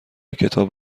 کتاب